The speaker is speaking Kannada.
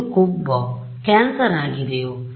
ಇದು ಕೊಬ್ಬು ಕ್ಯಾನ್ಸರ್ ಆಗಿದೆಯೋ